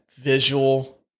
visual